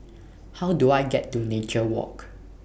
How Do I get to Nature Walk